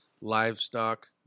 livestock